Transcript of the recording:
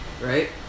right